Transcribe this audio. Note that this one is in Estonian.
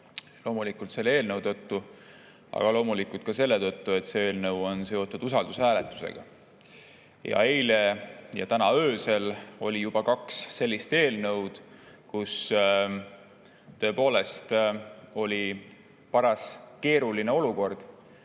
Loomulikult selle eelnõu tõttu, aga loomulikult ka selle tõttu, et see eelnõu on seotud usaldushääletusega. Eile ja täna öösel oli juba kaks sellist eelnõu, mille puhul oli tõepoolest parajalt keeruline olukord.